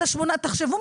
תחשבו,